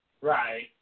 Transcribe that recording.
Right